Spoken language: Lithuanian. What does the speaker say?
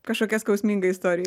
kažkokia skausminga istorija